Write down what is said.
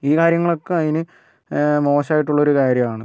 ഈ കാര്യങ്ങളൊക്കെ അതിന് മോശമായിട്ടുള്ളൊരു കാര്യമാണ്